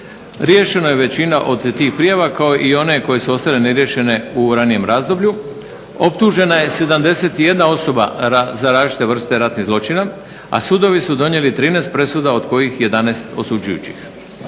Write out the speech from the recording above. Riješena je većina od tih prijava kao i one koje su ostale neriješene u ranijem razdoblju. Optužena je 71 osoba za različite vrste ratnih zločina, a sudovi su donijeli 13 presuda od kojih 11 presuđujućih.